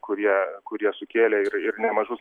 kurie kurie sukėlė ir ir nemažus